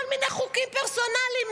כל מיני חוקים פרסונליים.